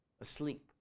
Asleep